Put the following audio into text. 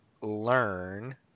learn